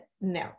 no